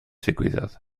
ddigwyddodd